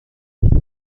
میدن